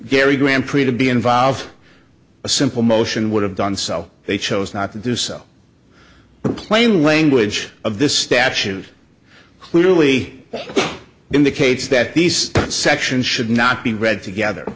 gary grand prix to be involved a simple motion would have done so they chose not to do so the plain language of the statute clearly indicates that these sections should not be read together